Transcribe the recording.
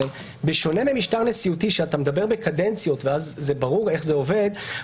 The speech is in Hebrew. הרי בשונה ממשטר נשיאותי שאתה מדבר בקדנציות ואז זה ברור איך זה עובד,